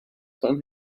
fan